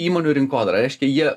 įmonių rinkodarą reiškia jie